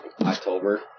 October